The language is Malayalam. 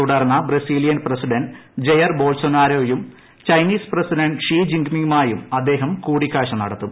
തുടർന്ന് ബ്രസീലിയൻ പ്രസിഡന്റ് ജെയർ ബോൽസൊനാരൊയുമായും ചൈനീസ് പ്രസിഡന്റ് ഷ്ട് ജിങ്പിങുമായും അദ്ദേഹം കൂടിക്കാഴ്ച നടത്തും